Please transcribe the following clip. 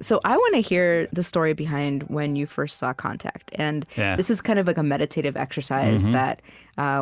so i want to hear the story behind when you first saw contact. and this is kind of like a meditative exercise that